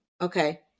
okay